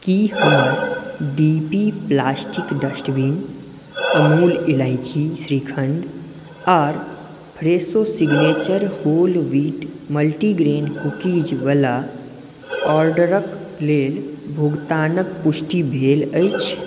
की हमर D P plastic dustbin Amul Elaichi Shrikhand आर Fresho signature whole wheat multigrain कुकीजवला ऑर्डरक लेल भुगतानक पुष्टि भेल अछि